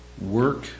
work